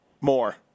more